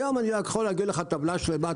היום אני יכול להגיד לך טבלה שלמה,